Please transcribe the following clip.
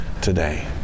today